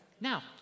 Now